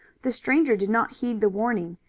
the stranger did not heed the warning,